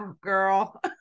girl